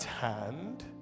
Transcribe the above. hand